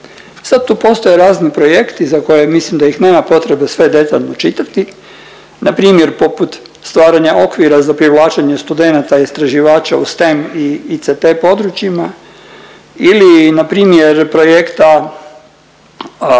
Sad tu postoje razni projekti za koje mislim da ih nema potrebe sve detaljno čitati npr. poput stvaranja okvira za privlačenje studenata istraživača u STEM i ICT područjima ili npr. projekta